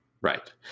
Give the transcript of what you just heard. Right